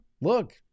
look